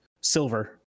silver